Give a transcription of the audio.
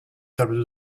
table